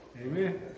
Amen